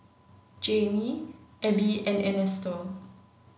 Jayme Ebbie and Ernesto